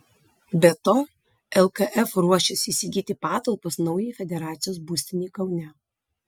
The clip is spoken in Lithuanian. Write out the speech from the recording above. be to lkf ruošiasi įsigyti patalpas naujai federacijos būstinei kaune